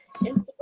Instagram